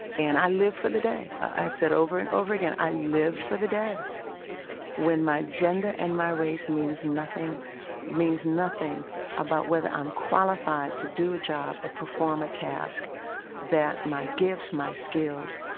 and i live for the day. i've said over and over again. i live for the day when my gender and my race means nothing means nothing about whether i'm qualified to do a job or perform a task that my gifts, my skills,